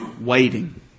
waiting